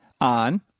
on